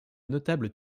notables